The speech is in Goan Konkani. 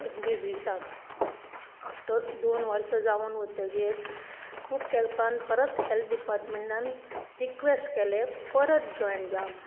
डिजीसाक आफ्टर दोन वर्सां जावन वतगीर खुब तेपान परत हेल्थ डिर्पाटमेंटान रिक्वेस्ट केलें परत जॉयन जा म्हण